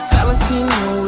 Valentino